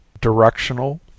directional